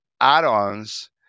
add-ons